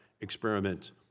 experiment